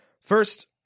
First